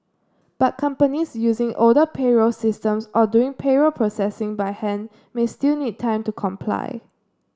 but companies using older payroll systems or doing payroll processing by hand may still need time to comply